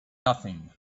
nothing